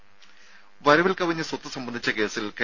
രും വരവിൽ കവിഞ്ഞ സ്വത്ത് സംബന്ധിച്ച കേസിൽ കെ